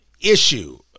issue